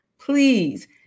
please